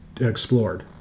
explored